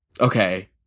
Okay